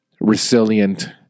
resilient